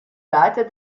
leiter